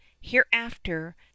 hereafter